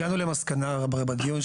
הגענו למסקנה בדיון,